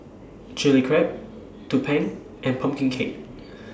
Chili Crab Tumpeng and Pumpkin Cake